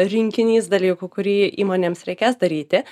rinkinys dalykų kurį įmonėms reikės daryti